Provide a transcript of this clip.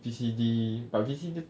V_C_D but V_C_D